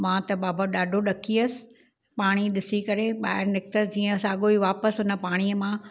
मां त बाबा ॾाढो ॾकी वियसि पाणी ॾिसी करे ॿाहिरि निकितसि जीअं साॻो ई वापसि हुन पाणीअ मां